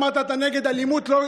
אמרת שאתה נגד אלימות,